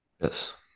Yes